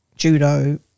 Judo